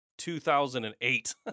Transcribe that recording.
2008